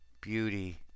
beauty